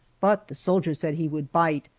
but the soldier said he would bite,